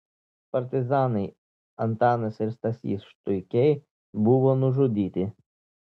partizanai antanas ir stasys štuikiai buvo nužudyti